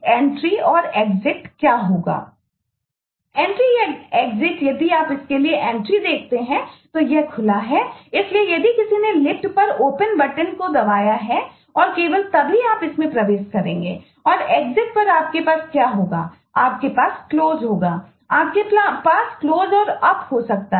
entry हो सकती है